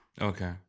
okay